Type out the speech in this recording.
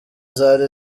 zari